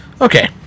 Okay